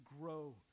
grow